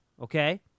Okay